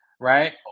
right